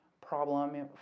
problem